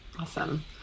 Awesome